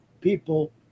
people